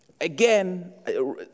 Again